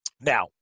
Now